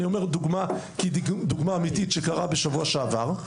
ואני אומר דוגמה כי היא דוגמה אמיתית שקרתה בשבוע שעבר,